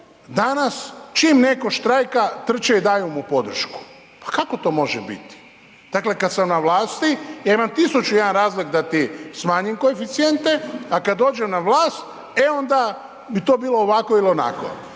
danas čim netko štrajka, trče i daju mu podršku. Pa kako to može biti? Dakle kad sam na vlasti, ja imam 1001 razlog da ti smanjim koeficijente a kad dođem na vlast, e onda bi to bilo ovako ili onako.